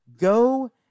go